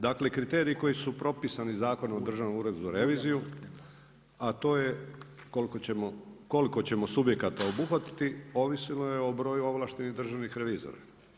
Dakle, kriteriji koji su propisani Zakonom o Državnom uredu za reviziju, a to je koliko ćemo subjekata obuhvatiti ovisilo je o broju ovlaštenih državnih revizora.